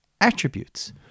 attributes